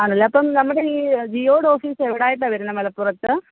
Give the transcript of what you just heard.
ആണല്ലേ അപ്പം നമ്മുടെ ഈ ജിയോയുടെ ഓഫീസ് എവിടെ ആയിട്ടാണ് വരുന്നത് മലപ്പുറത്ത്